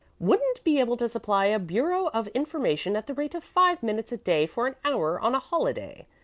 wouldn't be able to supply a bureau of information at the rate of five minutes a day for an hour on a holiday.